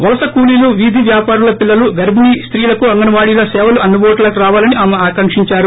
వలస కూలీలు వీధి వ్యాపారుల పిల్లలు గర్బిణీ స్తీ లకు అంగన్ వాడీల స్వలు అందుబాటులోకి రావాలని ఆమె ఆకాంకించారు